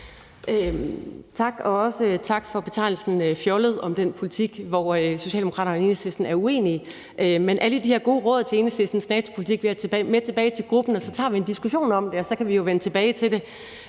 Tak, og også tak for betegnelsen fjollet om den politik, hvor Socialdemokraterne og Enhedslisten er uenige. Alle de her gode råd om Enhedslistens NATO-politik vil jeg tage med tilbage til gruppen, så tager vi en diskussion om det, og så kan vi jo vende tilbage til det.